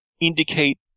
indicate